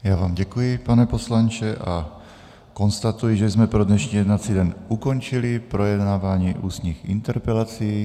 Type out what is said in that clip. Já vám děkuji, pane poslanče, a konstatuji, že jsme pro dnešní jednací den ukončili projednávání ústních interpelací.